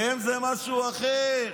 הן זה משהו אחר.